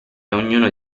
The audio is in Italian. ognuno